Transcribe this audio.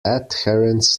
adherents